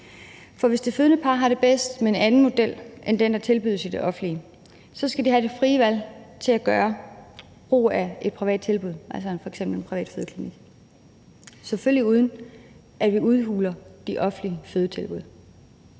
For hvis det fødende par har det bedst med en anden model end den, der tilbydes i det offentlige, så skal de have det frie valg til at gøre brug af et privat tilbud, f.eks. en privat fødeklinik, selvfølgelig uden at vi udhuler de offentlige fødetilbud.